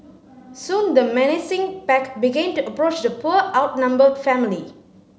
soon the menacing pack began to approach the poor outnumbered family